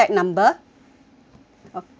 okay